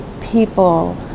people